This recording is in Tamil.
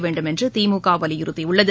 வேண்டும் என்று திமுக வலியுறுத்தியுள்ளது